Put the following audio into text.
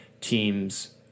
teams